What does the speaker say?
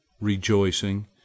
Rejoicing